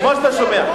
כמו שאתה שומע.